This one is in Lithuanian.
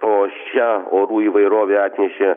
o šią orų įvairovę atnešė